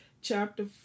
chapter